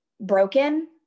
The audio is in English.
broken